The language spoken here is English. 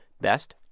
Best